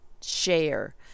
share